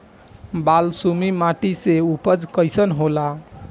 बालसुमी माटी मे उपज कईसन होला?